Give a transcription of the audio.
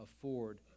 afford